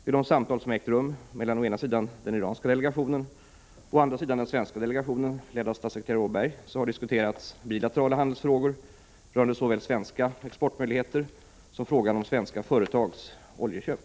Vid de samtal som ägt rum mellan å ena sidan den iranska delegationen och å andra sidan den svenska delegationen, ledd av statssekreterare Åberg, har diskuterats bilaterala handelsfrågor rörande såväl svenska exportmöjligheter som frågan om svenska företags oljeköp.